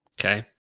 Okay